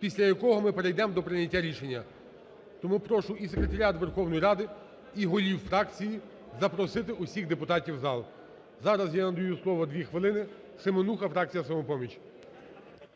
після якого ми перейдемо до прийняття рішення. Тому прошу і секретаріат Верховної Ради і голів фракцій запросити усіх депутатів в зал. Зараз я надаю слово, дві хвилини, Семенуха, фракція "Самопоміч".